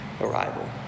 arrival